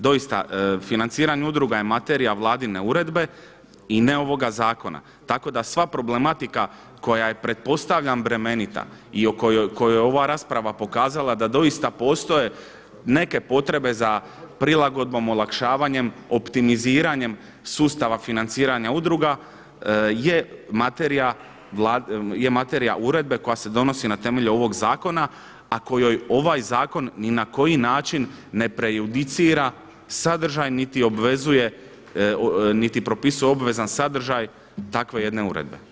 Doista, financiranje udruga je materija vladine uredbe i ne ovoga zakona, tako da sva problematika koja je pretpostavljam bremenita i u kojoj je ova rasprava pokazala da doista postoje neke potrebe za prilagodbom, olakšavanjem, optimiziranjem sustava financiranja udruga je materija uredbe koja se donosi na temelju ovog zakona, a kojoj ovaj zakon ni na koji način ne prejudicira sadržaj niti propisuje obvezan sadržaj takve jedne uredbe.